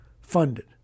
funded